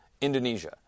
Indonesia